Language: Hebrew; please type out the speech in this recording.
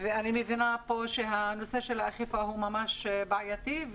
אני מבינה שנושא האכיפה ממש בעייתי.